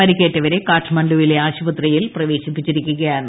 പരിക്കേറ്റവരെ ് കാഠ്മണ്ഡുവിലെ ആശുപത്രിയിൽ പ്രവേശിപ്പി ച്ചിരിക്കുകയാണ്